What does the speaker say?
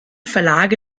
verlage